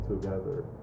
together